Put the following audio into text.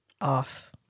off